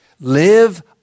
Live